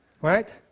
right